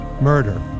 Murder